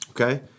Okay